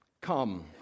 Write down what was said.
Come